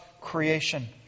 creation